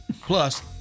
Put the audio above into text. Plus